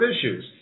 issues